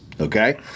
okay